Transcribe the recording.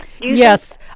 Yes